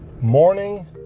morning